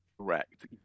Correct